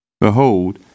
Behold